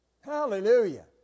Hallelujah